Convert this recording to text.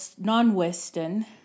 non-Western